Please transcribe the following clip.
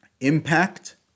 impact